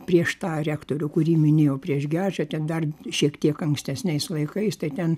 prieš tą rektorių kurį minėjau prieš gečą ten dar šiek tiek ankstesniais laikais tai ten